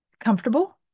comfortable